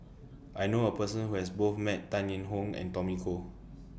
I know A Person Who has Both Met Tan Eng Hoon and Tommy Koh